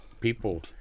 people